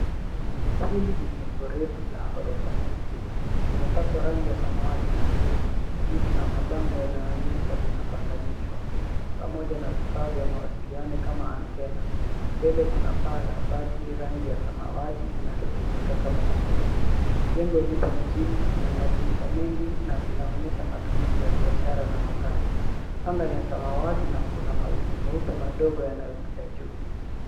Hili ni jengo refu la gorofa nyingi. Limepakwa rangi ya samawati na krimu juu kuna mabango yanaonyesha linapanganishwa pamoja na vifaa vya mawasiliano kama antenna. Mbele kuna paa la bati, rangi ya samawati linalotumika kama kivuli. Jengo lipo mjini lina madirisha mengi na linaonyesha matumizi ya biashara na makazi. Anga ni ya samawati na kuna mawingu meupe madogo yanayopita juu.